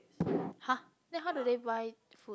!huh! then how do they buy food